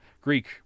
Greek